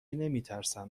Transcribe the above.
نمیترسم